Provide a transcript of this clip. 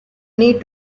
need